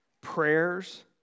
prayers